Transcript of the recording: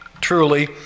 truly